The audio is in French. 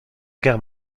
guerre